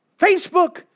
Facebook